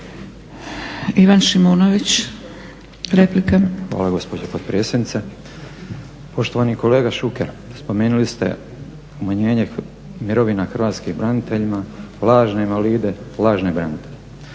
Ivan (HSP AS)** Hvala gospođo potpredsjednice. Poštovani kolega Šuker, spomenuli ste umanjenje mirovina hrvatskim braniteljima, lažne invalide, lažne branitelje.